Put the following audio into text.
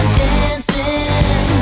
dancing